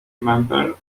member